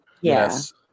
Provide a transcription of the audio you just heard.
Yes